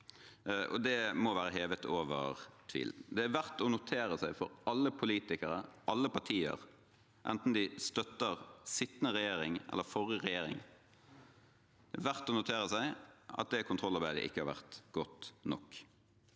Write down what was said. Det må være hevet over tvil. Det er verdt å notere seg – for alle politikere, alle partier, enten man støtter sittende regjering eller forrige regjering – at kontrollarbeidet ikke har vært godt nok.